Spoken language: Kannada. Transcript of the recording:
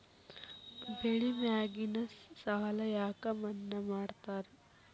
ಬೆಳಿ ಮ್ಯಾಗಿನ ಸಾಲ ಯಾಕ ಮನ್ನಾ ಮಾಡ್ತಾರ?